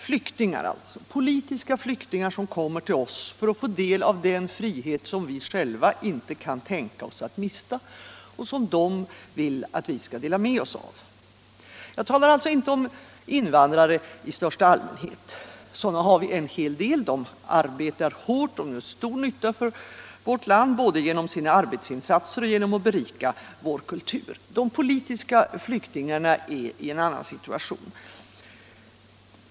Flyktingar, politiska flyktingar, som kommer till oss för att få del av den frihet vi själva inte kan tänka oss att mista och som de vill att vi skall dela med oss av. Jag talar alltså inte om invandrare i största allmänhet. Sådana har vi en hel del. De arbetar hårt. De gör stor nytta för vårt land både genom sina arbetsinsatser och genom att berika vår kultur. De politiska flyktingarna är i en annan situation.